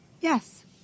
Yes